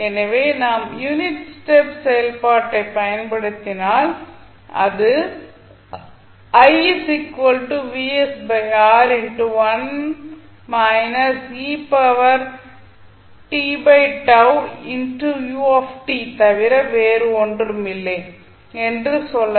எனவே நாம் unit step செயல்பாட்டைப் பயன்படுத்தினால் அது தவிர வேறு ஒன்றும் இல்லை என்று சொல்லலாம்